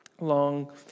long